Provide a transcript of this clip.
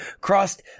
crossed